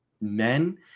men